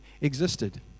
existed